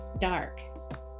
dark